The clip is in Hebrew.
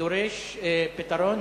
הדבר הזה דורש פתרון.